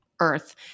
earth